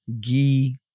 ghee